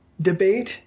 debate